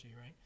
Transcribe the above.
right